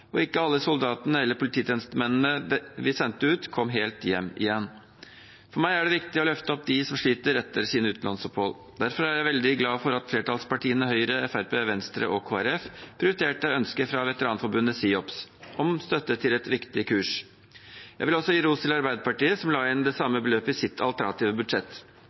Ikke alle soldatene eller polititjenestemennene vi sendte ut, kom hele hjem igjen. For meg er det viktig å løfte opp dem som sliter etter sine utenlandsopphold. Derfor er jeg veldig glad for at flertallspartiene – Høyre, Fremskrittspartiet, Venstre og Kristelig Folkeparti – prioriterte ønsket fra Veteranforbundet SIOPS om støtte til et viktig kurs. Jeg vil også gi ros til Arbeiderpartiet, som la inn det samme beløpet i sitt alternative budsjett.